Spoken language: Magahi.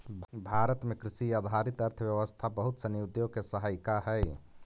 भारत में कृषि आधारित अर्थव्यवस्था बहुत सनी उद्योग के सहायिका हइ